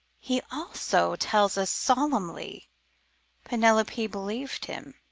he also tells us solemnly penelope believed him!